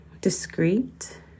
discreet